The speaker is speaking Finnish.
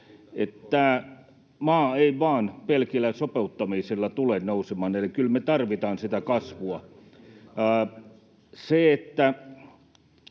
maa ei vain pelkillä sopeuttamisilla tule nousemaan, eli kyllä me tarvitaan sitä kasvua.